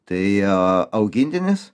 tai a augintinis